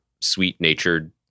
sweet-natured